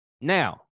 Now